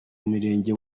murenge